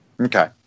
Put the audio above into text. Okay